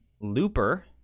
Looper